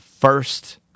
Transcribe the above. first